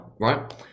right